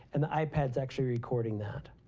and the ipad is actually recording that.